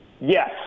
Yes